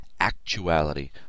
actuality